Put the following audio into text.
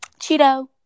Cheeto